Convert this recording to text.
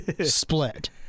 split